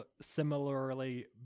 similarly